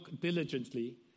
diligently